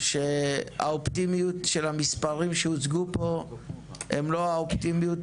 שהאופטימיות של המספרים שהוצגו פה הם לא האופטימית.